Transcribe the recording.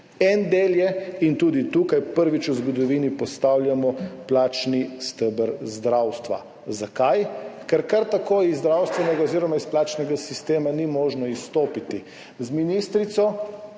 En del je, in tudi tukaj prvič v zgodovini to postavljamo, plačni steber zdravstva. Zakaj? Ker kar tako iz zdravstvenega oziroma iz plačnega sistema ni možno izstopiti. Z ministrico,